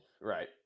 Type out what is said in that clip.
Right